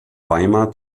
weimar